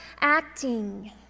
acting